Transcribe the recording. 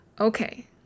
Okay